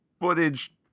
footage